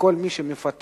שכל מי שמפטר,